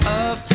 up